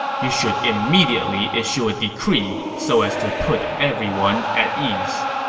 you should immediately issue a decree so as to put everyone at ease.